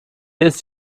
ist